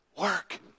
work